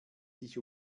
sich